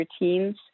routines